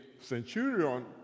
centurion